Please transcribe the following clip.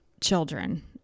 children